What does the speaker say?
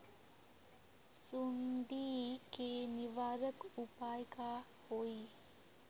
सुंडी के निवारक उपाय का होए?